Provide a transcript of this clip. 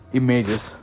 images